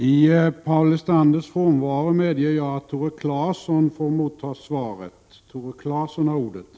Jag medger att Tore Claeson får ta emot svaret i Paul Lestanders frånvaro.